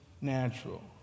natural